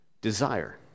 desire